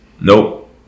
Nope